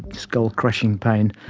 skull-crushing pain,